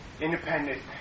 independent